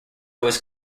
was